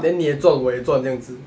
then 你也做我也做这样子